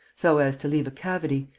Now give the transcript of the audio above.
so as to leave a cavity,